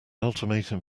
ultimatum